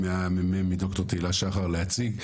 מד"ר תהילה שחר להציג.